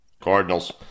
Cardinals